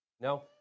No